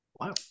Wow